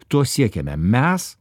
to siekiame mes